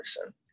person